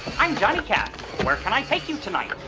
i'm johnny cab. where can i take you tonight?